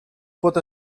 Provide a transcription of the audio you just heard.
pot